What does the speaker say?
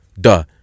Duh